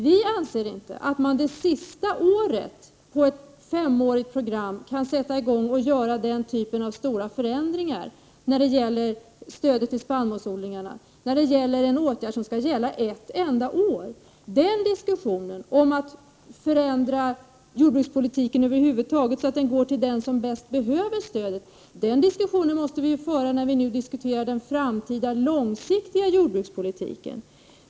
Vi anser inte att man under det sista året av ett femårigt program kan göra stora förändringar i stödet till spannmålsodlingarna, dvs. när det gäller åtgärder som skall gälla för ett enda år. Diskussionen om att förändra jordbrukspolitiken så att den främjar dem som bäst behöver stödet måste vi föra när vi nu diskuterar den framtida långsiktiga jordbrukspolitiken.